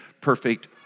perfect